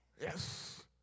Yes